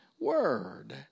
Word